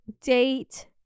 date